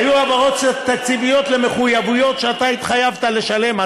היו העברות תקציביות למחויבויות שאתה התחייבת לשלם,